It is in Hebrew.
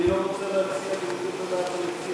אני לא רוצה להציע בניגוד לדעת המציע.